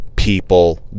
people